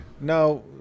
now